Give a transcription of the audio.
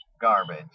garbage